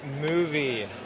movie